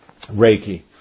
Reiki